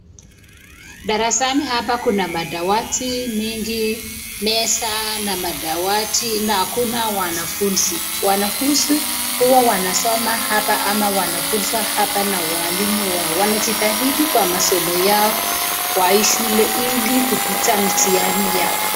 Darasani hapa kuna madawati mingi, meza na madawati na hakuna wanafunzi. Wanafunzi huwa wanasoma hapa ama wanafuzwa hapa na walimu wao. Wanajitahidi kwa masomo yao kwa shule ili kupita mtihani yao.